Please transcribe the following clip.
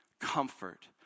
comfort